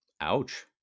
ouch